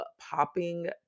popping